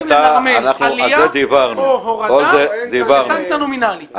עלייה או הורדה בסנקציה נומינלית.